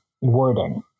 wording